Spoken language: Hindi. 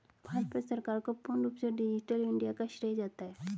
भाजपा सरकार को पूर्ण रूप से डिजिटल इन्डिया का श्रेय जाता है